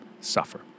suffer